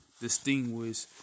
distinguish